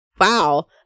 wow